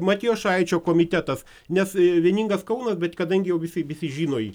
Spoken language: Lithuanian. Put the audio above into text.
matijošaičio komitetas nes vieningas kaunas bet kadangi jau visi visi žino į